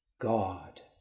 God